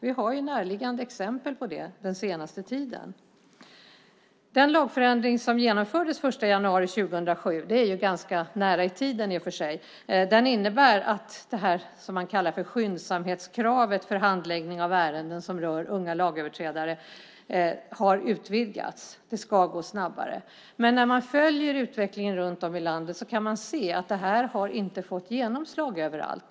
Vi har närliggande exempel på det från den senaste tiden. Den lagförändring som genomfördes den 1 januari 2007, vilket i och för sig är ganska nära i tiden, innebär att det som man kallar skyndsamhetskravet för handläggning av ärenden som rör unga lagöverträdare har utvidgats. Det ska gå snabbare. Men när man följer utvecklingen runt om i landet kan man se att detta inte har fått genomslag överallt.